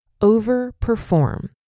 overperform